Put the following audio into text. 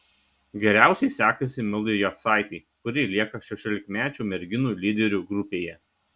geriausiai sekasi mildai jocaitei kuri lieka šešiolikmečių merginų lyderių grupėje